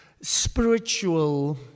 spiritual